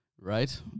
Right